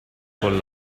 con